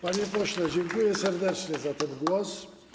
Panie pośle, dziękuję serdecznie za ten głos.